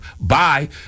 Bye